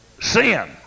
sin